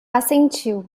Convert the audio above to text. assentiu